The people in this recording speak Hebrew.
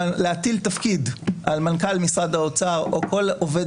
להטיל תפקיד על מנכ"ל משרד האוצר או כל עובד